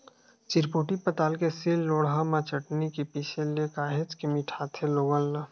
चिरपोटी पताल के सील लोड़हा म चटनी के पिसे ले काहेच के मिठाथे लोगन ला